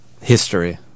History